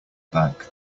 bag